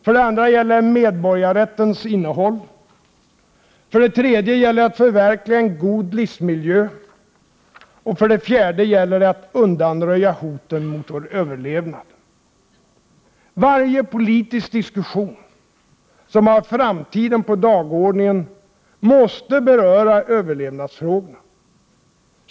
För det andra gäller det medborgarrättens innehåll. För det tredje gäller det att förverkliga en god livsmiljö. För det fjärde gäller det att undanröja hoten mot vår överlevnad. Varje politisk diskussion som har framtiden på dagordningen måste beröra överlevnadsfrågorna.